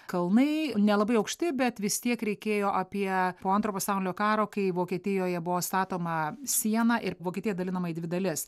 kalnai nelabai aukšti bet vis tiek reikėjo apie po antro pasaulinio karo kai vokietijoje buvo statoma siena ir vokietija dalinama į dvi dalis